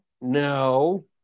No